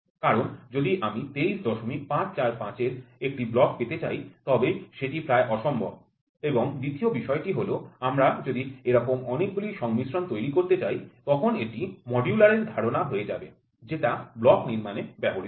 কারণ যদি আমি ২৩৫৪৫ এর একটি ব্লক পেতে চাই তবে সেটি প্রায় অসম্ভব এবং দ্বিতীয় বিষয়টি হল আমি যদি এরকম অনেকগুলি সংমিশ্রণ তৈরি করতে চাই তখন এটি মডিউলার এর ধারণা হয়ে যাবে যেটা ব্লক নির্মাণে ব্যবহৃত হয়